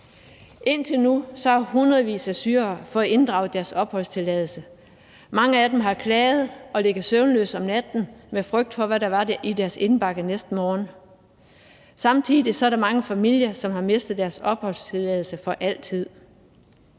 Indtil nu har hundredvis af syrere fået inddraget deres opholdstilladelse, og mange af dem har klaget og ligget søvnløse om natten af frygt for, hvad der var i deres indbakke næste morgen. Samtidig er der mange familier, som har mistet deres opholdstilladelse for altid.